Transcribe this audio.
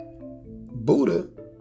Buddha